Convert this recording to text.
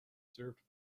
served